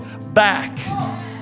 back